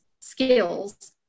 skills